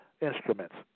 instruments